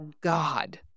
God